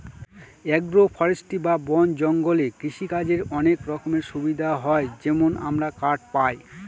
agro forestry বা বন জঙ্গলে কৃষিকাজের অনেক রকমের সুবিধা হয় যেমন আমরা কাঠ পায়